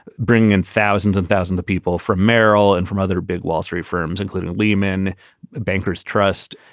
bringing in thousands and thousands of people from merrill and from other big wall street firms, including lehman bankers trust.